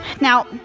Now